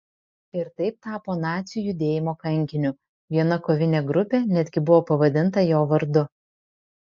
ir taip tapo nacių judėjimo kankiniu viena kovinė grupė netgi buvo pavadinta jo vardu